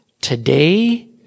today